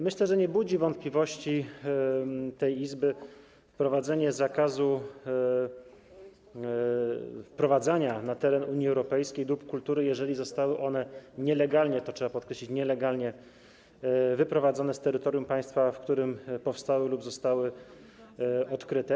Myślę, że nie budzi wątpliwości tej Izby zakaz wprowadzania na teren Unii Europejskiej dóbr kultury, jeżeli zostały one nielegalnie, to trzeba podkreślić: nielegalnie wyprowadzone z terytorium państwa, w którym powstały lub zostały odkryte.